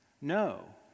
No